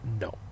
No